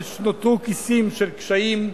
נותרו כיסים של קשיים,